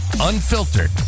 unfiltered